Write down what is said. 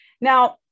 Now